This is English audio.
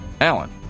Alan